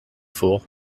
fool